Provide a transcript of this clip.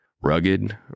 Rugged